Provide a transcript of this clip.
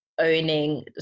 owning